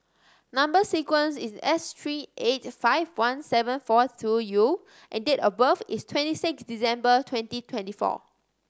number sequence is S three eight five one seven four two U and date of birth is twenty six December twenty twenty four